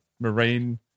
marine